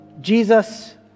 Jesus